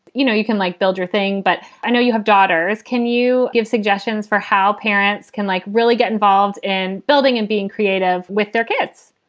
you know, you can, like, build your thing. but i know you have daughters. can you give suggestions for how parents can like really get involved and building and being creative with their kids?